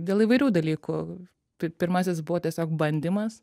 dėl įvairių dalykų tai pirmasis buvo tiesiog bandymas